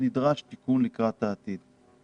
דורש תיקון לקראת העתיד.